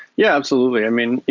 yeah, absolutely. i mean,